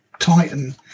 titan